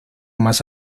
más